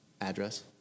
address